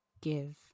give